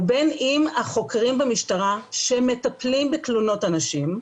ובין אם החוקרים במשטרה, שמטפלים בתלונות הנשים,